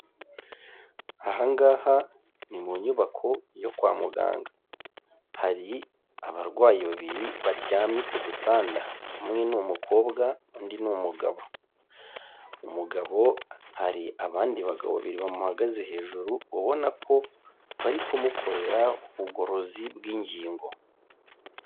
Aha ngaha ni mu nyubako yo kwa muganga, hari abarwayi babiri baryamye ku dutanda: umwe ni umukobwa, undi ni umugabo. Umugabo hari abandi bagabo babiri bamuhagaze hejuru, ubona ko bari kumukorera ubugorozi bw'ingingo.